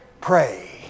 pray